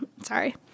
sorry